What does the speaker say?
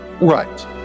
Right